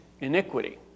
iniquity